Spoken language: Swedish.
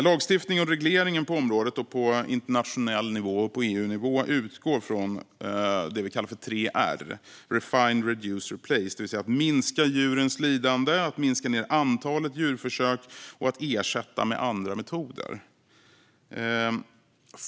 Lagstiftningen och regleringen på området, även på EU-nivå och internationell nivå i övrigt, utgår från det vi kallar för 3R - refine, reduce, replace - det vill säga att minska djurens lidande, minska antalet djurförsök och ersätta dem med andra metoder.